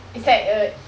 it's like a